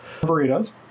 Burritos